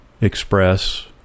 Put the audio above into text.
express